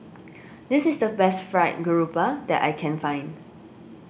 this is the best Fried Grouper that I can find